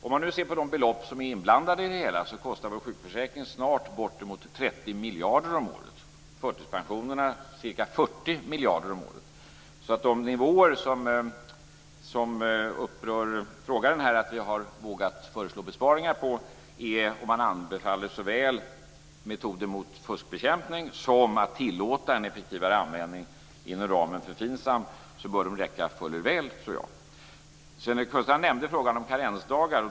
Om man nu ser på de belopp som är inblandade i det hela, så kostar vår sjukförsäkring snart bortemot 30 miljarder om året och förtidspensionerna ca 40 miljarder om året. De nivåer som frågeställaren upprörs över att vi har föreslagit besparingar på, bör räcka fuller väl, tror jag, om man anbefaller såväl metoder mot fuskbekämpning som tillåtande av en effektivare användning inom ramen för FINSAM. Sven-Erik Sjöstrand nämnde frågan om karensdagar.